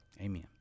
Amen